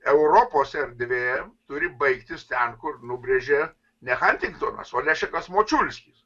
europos erdvė turi baigtis ten kur nubrėžė ne hantingtonas o lešikas močiulskis